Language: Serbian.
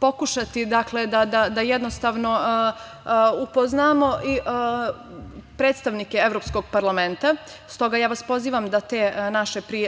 pokušati da upoznamo i predstavnike Evropskog parlamenta. Stoga, pozivam vas da te